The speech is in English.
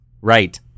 Right